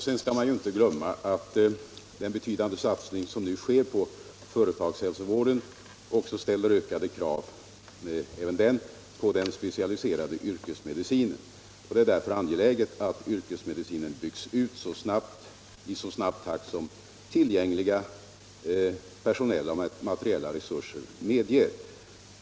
Sedan skall man inte glömma att även den betydande satsning som nu sker på företagshälsovård ställer ökade krav på den specialiserade yrkesmedicinen. Det är därför angeläget att yrkesmedicinen byggs ut i så snabb takt som tillgängliga personella och materiella resurser medger.